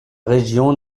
région